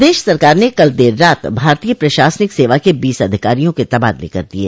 प्रदेश सरकार ने कल देर रात भारतीय प्रशासनिक सेवा के बीस अधिकारियों के तबादले कर दिये